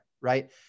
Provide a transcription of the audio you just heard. right